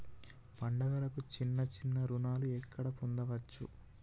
పండుగలకు చిన్న చిన్న రుణాలు ఎక్కడ పొందచ్చు?